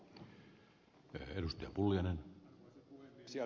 arvoisa puhemies